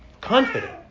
Confident